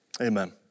Amen